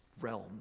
realm